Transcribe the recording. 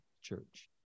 church